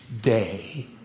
day